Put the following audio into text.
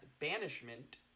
Banishment